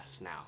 now